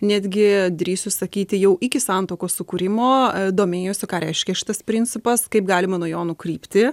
netgi drįsiu sakyti jau iki santuokos sukūrimo domėjosi ką reiškia šitas principas kaip galima nuo jo nukrypti